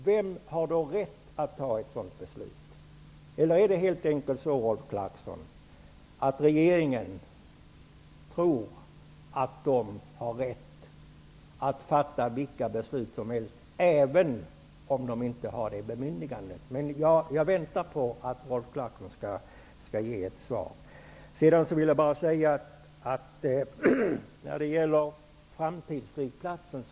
Vem har då rätt att fatta ett sådant beslut? Eller är det helt enkelt så, Rolf Clarkson, att regeringen -- även om den inte har bemyndigandet -- tror sig ha rätt att fatta vilka beslut som helst? Jag väntar på att Rolf Clarkson skall ge mig ett svar. Rolf Clarkson talade om framtidsflygplatsen.